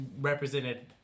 represented